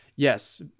yes